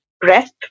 breath